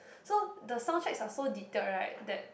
so the soundtracks are so detailed right that